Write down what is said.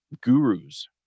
gurus